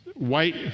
White